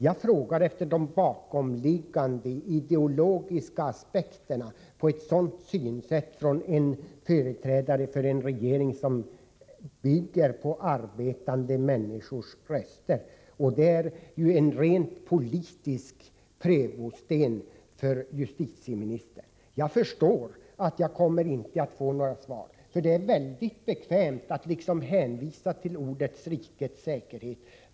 Jag frågar efter det bakomliggande ideologiska synsättet hos en företrädare för en regering som bygger på arbetande människors röster. Det är en rent politisk prövosten för justitieministern. Jag förstår att jag inte kommer att få något svar, för det är väldigt bekvämt att hänvisa till ”rikets säkerhet”.